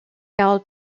karl